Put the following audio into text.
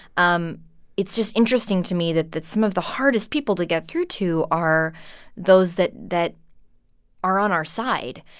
um it's just interesting to me that that some of the hardest people to get through to are those that that are on our side.